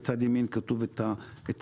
בצד ימין כתוב את הסכומים.